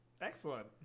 Excellent